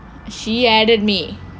she added me